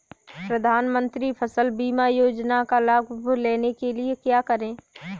प्रधानमंत्री फसल बीमा योजना का लाभ लेने के लिए क्या करें?